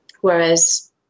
whereas